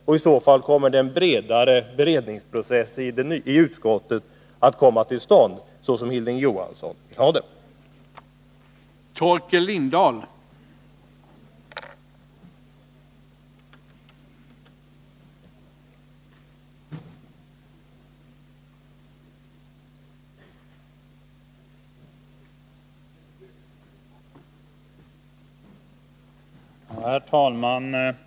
I så fall kommer en ny beredningsprocess i utskottet att komma till stånd, såsom Hilding Johansson vill ha det.